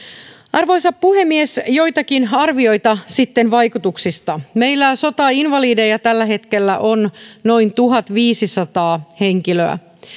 arvoisa puhemies joitakin arvioita sitten vaikutuksista meillä sotainvalideja tällä hetkellä on noin tuhatviisisataa henkilöä